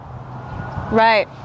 Right